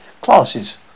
classes